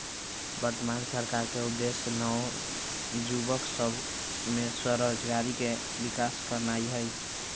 वर्तमान सरकार के उद्देश्य नओ जुबक सभ में स्वरोजगारी के विकास करनाई हई